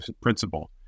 principle